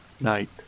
night